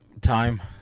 time